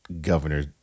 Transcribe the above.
Governor